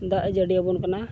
ᱫᱟᱜ ᱮ ᱡᱟᱹᱲᱤᱭᱟᱵᱚᱱ ᱠᱟᱱᱟ